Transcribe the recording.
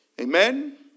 Amen